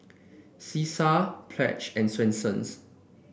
Cesar Pledge and Swensens